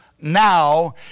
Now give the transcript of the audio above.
now